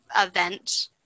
event